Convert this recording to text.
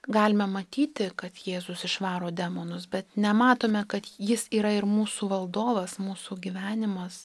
galime matyti kad jėzus išvaro demonus bet nematome kad jis yra ir mūsų valdovas mūsų gyvenimas